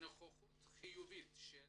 נוכחות חיובית של